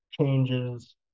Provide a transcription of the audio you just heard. Changes